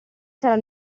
sarà